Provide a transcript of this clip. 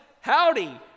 howdy